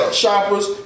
shoppers